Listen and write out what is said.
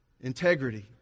Integrity